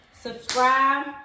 subscribe